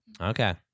Okay